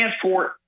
transport